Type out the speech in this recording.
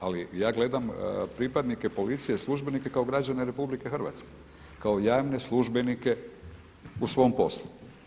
Ali ja gledam pripadnike policije službenike kao građane RH, kao javne službenike u svom poslu.